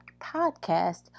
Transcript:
podcast